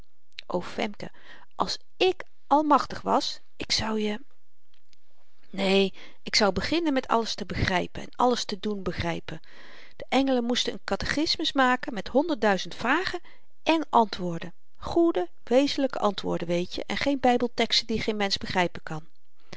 o femke als ik almachtig was ik zou je neen ik zou beginnen met alles te begrypen en alles te doen begrypen de engelen moesten n katechismus maken met honderdduizend vragen en antwoorden goede wezenlyke antwoorden weetje en geen bybelteksten die geen mensch begrypen kan